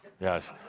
yes